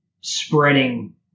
spreading